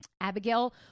Abigail